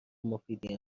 مفیدی